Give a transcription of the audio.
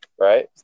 right